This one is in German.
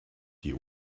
die